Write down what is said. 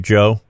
Joe